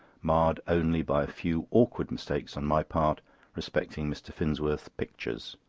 marred only by a few awkward mistakes on my part respecting mr. finsworth's pictures.